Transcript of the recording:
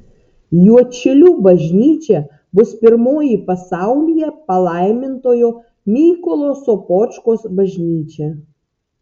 juodšilių bažnyčia bus pirmoji pasaulyje palaimintojo mykolo sopočkos bažnyčia